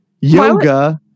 Yoga